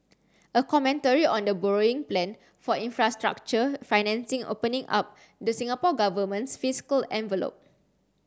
a commentary on the borrowing plan for infrastructure financing opening up the Singapore Government's fiscal envelope